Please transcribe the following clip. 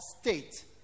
state